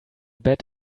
bet